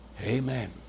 Amen